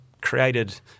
created